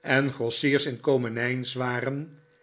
en grossiers in komenijswaren